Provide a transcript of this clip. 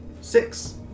Six